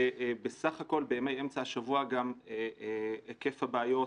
ובסך הכל בימי אמצע השבוע גם היקף הבעיות